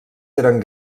eren